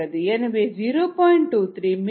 23 milli mole per minute milli mole minute ஆகும்